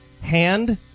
hand